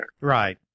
Right